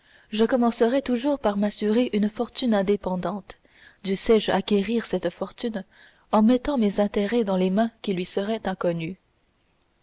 je commencerais toujours par m'assurer une fortune indépendante dussé-je acquérir cette fortune en mettant mes intérêts dans des mains qui lui seraient inconnues